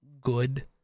good